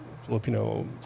Filipino